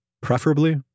preferably